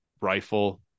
Rifle